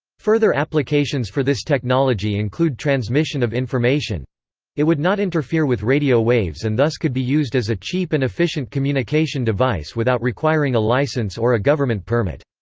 further applications for this technology include transmission of information it would not interfere with radio waves and thus could be used as a cheap and efficient communication device without requiring a license or a government permit.